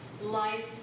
life